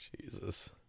Jesus